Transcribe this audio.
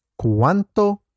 ¿Cuánto